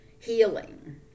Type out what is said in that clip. healing